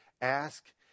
ask